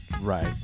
Right